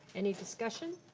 any discussion?